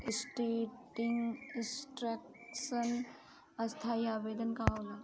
Standing instruction स्थाई आदेश का होला?